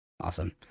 awesome